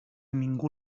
ningú